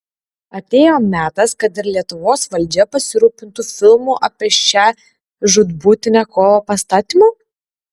atėjo metas kad ir lietuvos valdžia pasirūpintų filmų apie šią žūtbūtinę kovą pastatymu